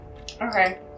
Okay